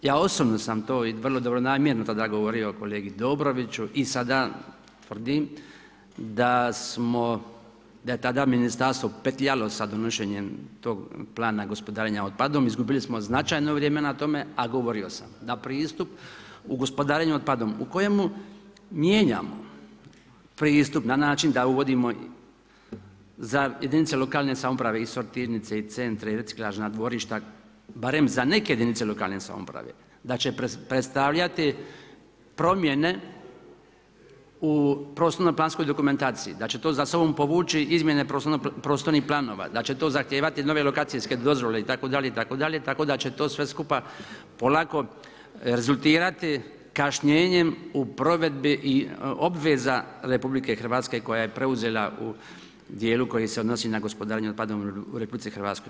Ja osobno sam to i vrlo dobronamjerno tada govorio kolegi Dobroviću i sada tvrdim da smo, da je tada ministarstvo petljalo sa donošenjem tog Plana gospodarenja otpadom, izgubili smo značajno vrijeme na tome, a govorio sam da pristup u gospodarenju otpadom u kojemu mijenjamo pristup na način da uvodimo za jedinice lokalne samouprave i sortirnice i centre i reciklažna dvorišta barem za neke jedinice lokalne samouprave da će predstavljati promjene u prostorno-planskoj dokumentaciji, da će to za sobom povući izmjene prostornih planova, da će to zahtijevati nove lokacijske dozvole itd. itd. tako da će to sve skupa polako rezultirati kašnjenjem u provedbi obveza Republike Hrvatske koje je preuzela u dijelu koji se odnosi na gospodarenje otpadom u Republici Hrvatskoj.